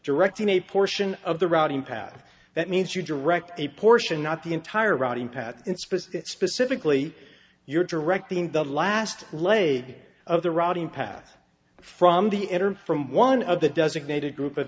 directing a portion of the routing pav that means you direct a portion not the entire routing path in specific specifically you're directing the last leg of the routing path from the enter from one of the designated group of